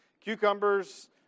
cucumbers